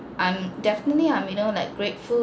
I'm definitely I'm you know like grateful